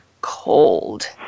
cold